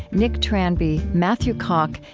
nik tranby, matthew koch,